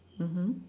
mmhmm